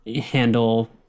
handle